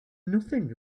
nothing